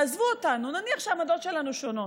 תעזבו אותנו, נניח שהעמדות שלנו שונות.